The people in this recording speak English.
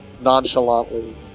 nonchalantly